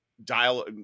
dial